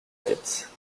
tête